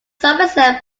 somerset